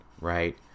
right